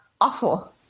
awful